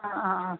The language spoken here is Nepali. अँ अँ अँ